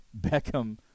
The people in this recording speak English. Beckham